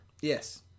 Yes